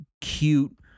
cute